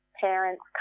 parents